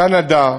אוסטריה, קנדה,